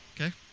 Okay